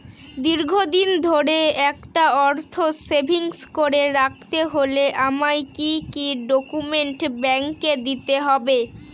দীর্ঘদিন ধরে একটা অর্থ সেভিংস করে রাখতে হলে আমায় কি কি ডক্যুমেন্ট ব্যাংকে দিতে হবে?